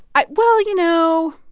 i well, you know,